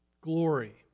glory